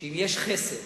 אם יש חסר